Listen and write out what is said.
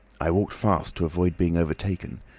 i walked fast to avoid being overtaken.